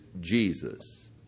Jesus